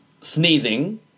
sneezing